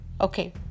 okay